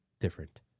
different